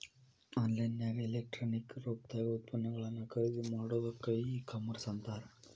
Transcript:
on line ನ್ಯಾಗ electronic ರೂಪ್ದಾಗ್ ಉತ್ಪನ್ನಗಳನ್ನ ಖರಿದಿಮಾಡೊದಕ್ಕ ಇ ಕಾಮರ್ಸ್ ಅಂತಾರ